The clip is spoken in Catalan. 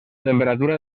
temperatura